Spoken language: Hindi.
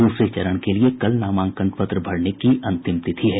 दूसरे चरण के लिये कल नामांकन पत्र भरने की अंतिम तिथि है